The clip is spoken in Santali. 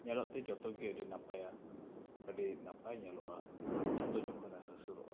ᱧᱮᱞᱚᱜᱛᱮ ᱡᱚᱛᱚᱜᱮ ᱟᱹᱰᱤ ᱱᱟᱯᱟᱭᱟ ᱟᱹᱰᱤ ᱱᱟᱯᱟᱭ ᱧᱮᱞᱚᱜᱼᱟ ᱪᱟᱸᱫᱳ ᱡᱚᱠᱷᱚᱱᱮ ᱦᱟᱹᱥᱩᱨᱚᱜᱼᱟ